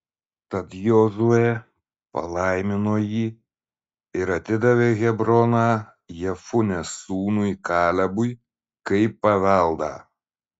tad jozuė palaimino jį ir atidavė hebroną jefunės sūnui kalebui kaip paveldą